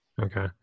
Okay